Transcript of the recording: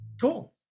Cool